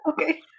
Okay